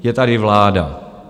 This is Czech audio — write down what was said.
Je tady vláda.